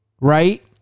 Right